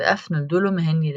ואף נולדו לו מהן ילדים.